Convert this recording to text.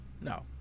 No